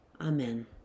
Amen